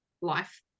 life